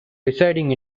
residing